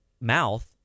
mouth